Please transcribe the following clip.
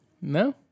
No